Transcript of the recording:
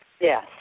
Yes